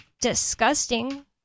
disgusting